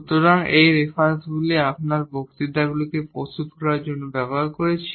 সুতরাং এই রেফারেন্সগুলি আমরা এই বক্তৃতাগুলি প্রস্তুত করার জন্য ব্যবহার করেছি